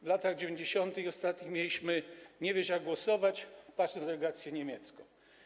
W latach 90. i ostatnich mieliśmy: nie wiesz, jak głosować, patrz na delegację niemiecką.